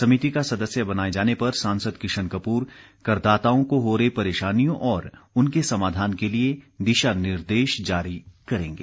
समिति का सदस्य बनाए जाने पर सांसद किशन कपूर कर दाताओं को हो रही परेशानियों और उनके समाधान के लिए दिशा निर्देश जारी करेंगे